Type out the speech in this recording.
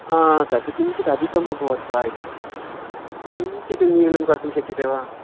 तत् किञ्चित् अधिकम् अभवत् वा इति किञ्चित् न्यूनं कर्तुं शक्यते वा